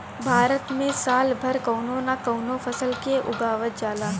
भारत में साल भर कवनो न कवनो फसल के उगावल जाला